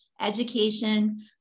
education